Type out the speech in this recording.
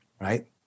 right